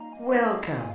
Welcome